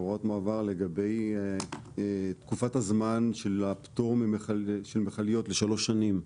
הוראות מעבר לגבי תקופת הזמן של הפטור של מכליות לשלוש שנים.